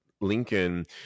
Lincoln